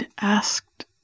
asked